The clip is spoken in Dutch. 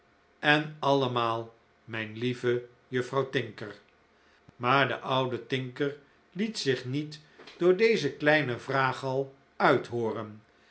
en allemaal mijn lieve juffrouw tinker maar de oude tinker liet zich niet door deze kleine vraag al uithooren